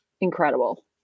incredible